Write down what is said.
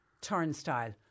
turnstile